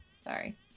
sorry